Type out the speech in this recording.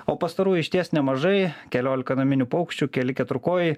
o pastarųjų išties nemažai keliolika naminių paukščių keli keturkojai